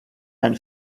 ein